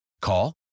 Call